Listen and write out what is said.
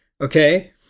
okay